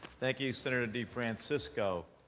thank you, senator defrancisco.